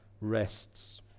rests